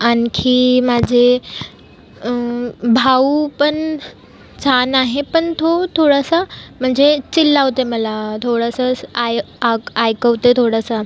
आणखी माझे भाऊ पण छान आहे पण तो थोडासा म्हणजे चिल्लावते मला थोडासास आयं आक् ऐकवते थोडासा